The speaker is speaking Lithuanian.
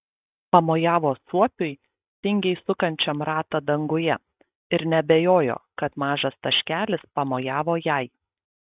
pamojavo suopiui tingiai sukančiam ratą danguje ir neabejojo kad mažas taškelis pamojavo jai